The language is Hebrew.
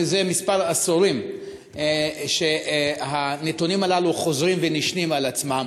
זה עשורים מספר שהנתונים הללו חוזרים ונשנים על עצמם.